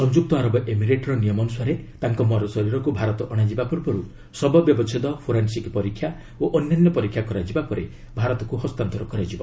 ସଂଯୁକ୍ତ ଆରବ ଏମିରେଟ୍ର ନିୟମ ଅନୁସାରେ ତାଙ୍କ ମର ଶରୀରକୁ ଭାରତ ଅଣାଯିବା ପୂର୍ବରୁ ଶବ ବ୍ୟବଚ୍ଛେଦ ଫୋରେନ୍ସିକ୍ ପରୀକ୍ଷା ଓ ଅନ୍ୟାନ୍ୟ ପରୀକ୍ଷା କରାଯିବା ପରେ ଭାରତକୁ ହସ୍ତାନ୍ତର କରାଯିବ